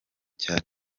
cya